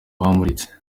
bamuritse